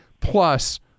plus